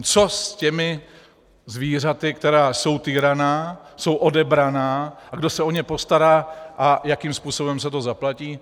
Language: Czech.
Co s těmi zvířaty, která jsou týraná, jsou odebraná, a kdo se o ně postará a jakým způsobem se to zaplatí.